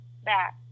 back